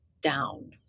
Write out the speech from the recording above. down